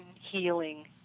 healing